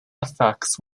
effects